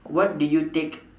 what did you take